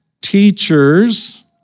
teachers